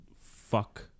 fuck